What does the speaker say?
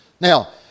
Now